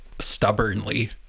stubbornly